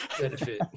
benefit